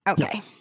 okay